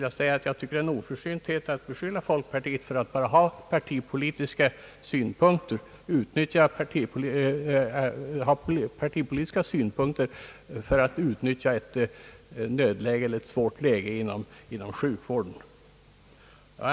Jag anser det är en oförsynthet att beskylla folkpartiet för att ur partipolitiska synpunkter vilja utnyttja ett nödläge eller ett svårt läge inom sjukvården.